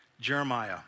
Jeremiah